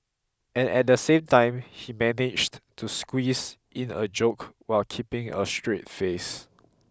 and at the same time he managed to squeeze in a joke while keeping a straight face